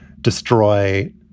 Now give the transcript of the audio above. destroy